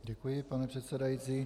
Děkuji, pane předsedající.